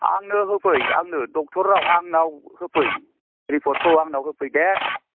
आंनो होफै आंनो डक्ट'रनाव आंनाव होफै रिपर्टखौ आंनाव होफै दे